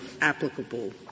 applicable